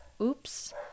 Oops